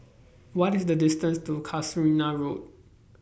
What IS The distance to Casuarina Road